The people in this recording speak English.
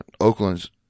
Oakland's